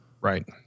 right